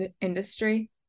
industry